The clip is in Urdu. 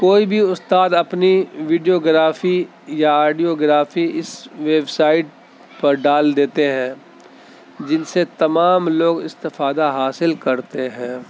کوئی بھی استاد اپنی ویڈیوگرافی یا آڈیوگرافی اس ویبسائٹ پر ڈال دیتے ہیں جن سے تمام لوگ استفادہ حاصل کرتے ہیں